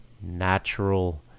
natural